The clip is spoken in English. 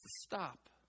stop